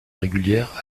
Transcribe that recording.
régulière